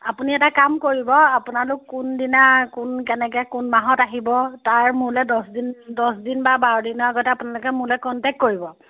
আপুনি এটা কাম কৰিব আপোনালোক কোন দিনা কোন কেনেকৈ কোন মাহত আহিব তাৰ মোলৈ দহদিন দহদিন বা বাৰ দিনৰ আগত আপোনালোকে মোৰলে কণ্টেক্টেট কৰিব